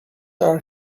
our